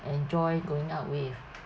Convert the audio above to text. enjoy going out with